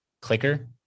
clicker